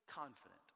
confident